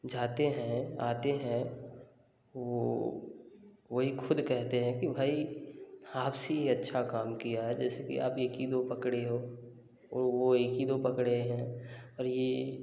जाते हैं आते हैं वो वही ख़ुद कहते हैं कि भाई आप से यह अच्छा काम किया है जैसे कि आप एक ही दो पकड़े हो और वह एक ही दो पकड़े हैं और ये